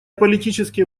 политические